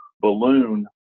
balloon